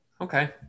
okay